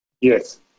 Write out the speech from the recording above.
Yes